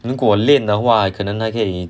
如果练的话还可能还可以